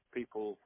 people